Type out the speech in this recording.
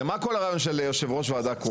הרי מה כל הרעיון של יושב ראש ועדה קרואה?